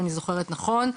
אם אני זוכרת נכון.